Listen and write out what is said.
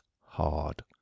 hard